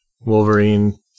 wolverine